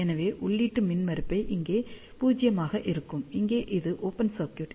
எனவே உள்ளீட்டு மின்மறுப்பு இங்கே 0 ஆக இருக்கும் இங்கே அது ஓபன் சர்க்யூட்